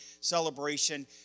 celebration